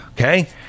Okay